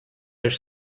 their